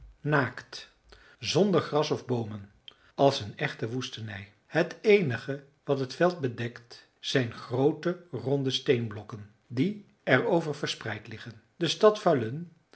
naakt zonder gras of boomen als een echte woestenij het eenige wat het veld bedekt zijn groote ronde steenblokken die er over verspreid liggen de stad falun